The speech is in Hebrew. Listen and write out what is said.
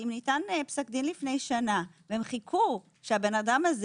אם ניתן פסק דין לפני שנה והם חיכו שהאדם הזה